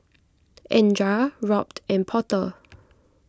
andra Robt and Porter